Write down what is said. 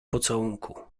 pocałunku